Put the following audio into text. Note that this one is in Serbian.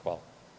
Hvala.